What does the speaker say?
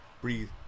Breathe